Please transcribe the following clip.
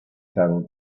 travel